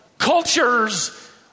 Cultures